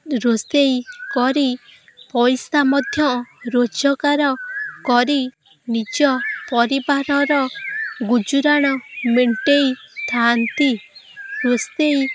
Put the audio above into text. ରୋଷେଇ କରି ପଇସା ମଧ୍ୟ ରୋଜଗାର କରି ନିଜ ପରିବାରର ଗୁଜୁରାଣ ମେଣ୍ଟାଇ ଥାଆନ୍ତି ରୋଷେଇ